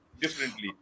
differently